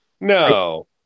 No